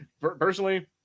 Personally